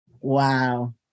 Wow